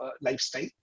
lifestyle